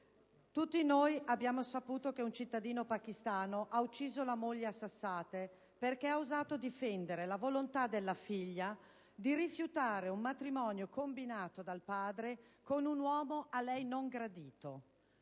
Tutti noi abbiamo saputo che un cittadino pakistano ha ucciso la moglie a sassate perché ha osato difendere la volontà della figlia di rifiutare un matrimonio combinato dal padre con un uomo a lei non gradito.